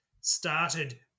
started